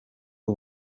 b’u